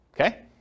Okay